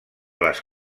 les